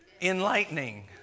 enlightening